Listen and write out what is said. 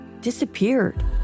disappeared